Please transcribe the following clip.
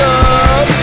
up